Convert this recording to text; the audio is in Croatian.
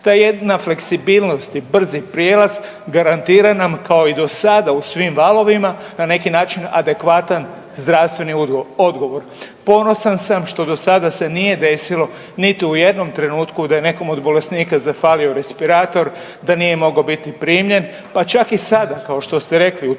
Ta jedna fleksibilnost i brzi prijelaz garantira nam kao i do sada u svim valovima na neki način adekvatan zdravstveni odgovor. Ponosan sam što do sada se nije desilo niti u jednom trenutku da je nekom od bolesnika zahvalio respirator, da nije mogao biti primljen, pa čak i sada kao što ste rekli u trenutku